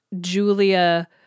Julia